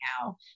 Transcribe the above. now